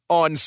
on